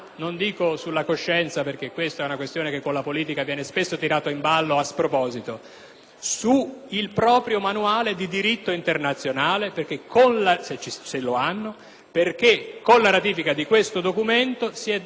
sul proprio manuale di diritto internazionale, se lo hanno, perché con la ratifica di questo documento si è strappata una buona metà di quello che era conosciuto come diritto internazionale,